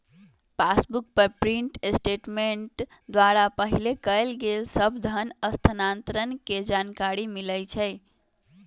passbook पर print statement द्वारा पहिले कएल गेल सभ धन स्थानान्तरण के जानकारी मिलइ छइ